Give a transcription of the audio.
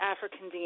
African